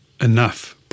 enough